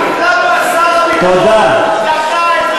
שאלנו אותך למה שר הביטחון דחה את